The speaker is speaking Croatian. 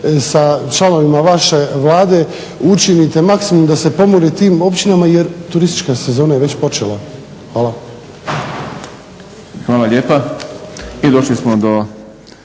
sa članovima vaše Vlade učinite maksimum da se pomogne tim općinama jer turistička sezona je već počela. Hvala. **Šprem, Boris